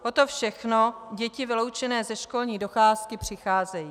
O to všechno děti vyloučené ze školní docházky přicházejí.